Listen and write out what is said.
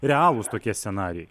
realūs tokie scenarijai